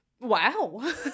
wow